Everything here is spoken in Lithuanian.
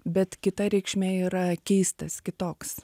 bet kita reikšmė yra keistas kitoks